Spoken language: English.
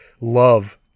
love